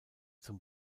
zum